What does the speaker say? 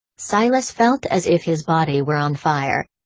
silas felt as if his body were on fire.